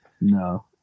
No